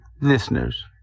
listeners